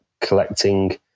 collecting